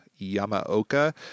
Yamaoka